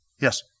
yes